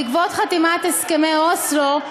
בעקבות חתימת הסכמי אוסלו,